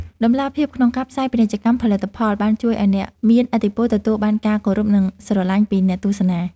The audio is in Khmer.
តម្លាភាពក្នុងការផ្សាយពាណិជ្ជកម្មផលិតផលបានជួយឱ្យអ្នកមានឥទ្ធិពលទទួលបានការគោរពនិងស្រឡាញ់ពីអ្នកទស្សនា។